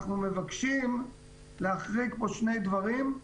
אנחנו מבקשים להחריג פה שני דברים.